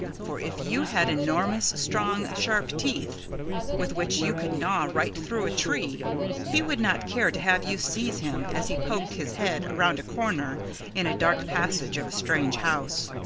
for if you had enormous, strong, sharp teeth with which you could gnaw right through a tree he would not care to have you seize him as he poked his head around a corner in a dark passage of a strange house.